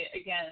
again